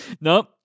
Nope